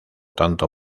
tanto